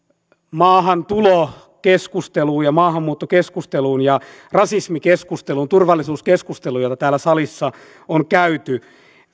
maahantulokeskusteluun ja maahanmuuttokeskusteluun ja rasismikeskusteluun turvallisuuskeskusteluun jota täällä salissa on käyty